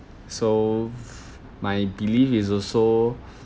so my belief is also